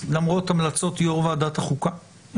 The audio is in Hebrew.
למרות המלצות יו"ר ועדת החוקה.